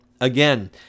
again